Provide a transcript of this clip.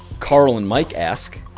carl and mike ask,